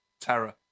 terror